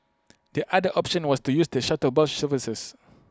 the other option was to use the shuttle bus services